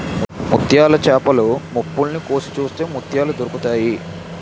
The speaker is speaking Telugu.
ముత్యాల చేపలు మొప్పల్ని కోసి చూస్తే ముత్యాలు దొరుకుతాయి